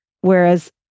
whereas